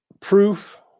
Proof